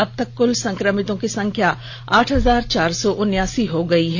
अब तक कुल संकमितों की संख्या आठ हजार चार सौ उन्यासी हो गयी है